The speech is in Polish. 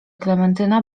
klementyna